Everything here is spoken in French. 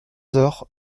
heures